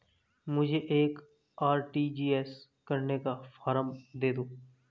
मुझे एक आर.टी.जी.एस करने का फारम दे दो?